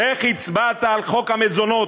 איך הצבעת על חוק המזונות